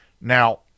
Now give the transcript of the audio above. Now